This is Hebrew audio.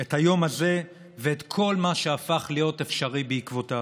את היום הזה ואת כל מה שהפך להיות אפשרי בעקבותיו.